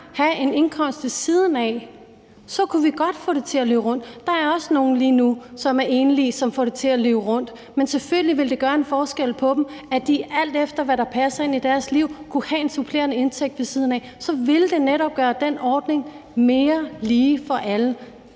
have en indkomst ved siden af, kunne man godt få det til at løbe rundt. Der er også nogen lige nu, som er enlige og får det til at løbe rundt, men selvfølgelig vil det gøre en forskel for dem, hvis de, alt efter hvad der passer ind i deres liv, kunne have en supplerende indtægt ved siden af. Så ville det netop gøre den ordning mere lige for alle.